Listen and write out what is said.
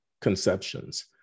conceptions